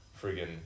friggin